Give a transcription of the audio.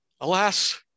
Alas